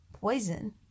poison